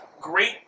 Great